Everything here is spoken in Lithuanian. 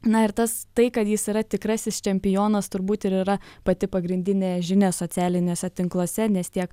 na ir tas tai kad jis yra tikrasis čempionas turbūt ir yra pati pagrindinė žinia socialiniuose tinkluose nes tiek